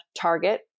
target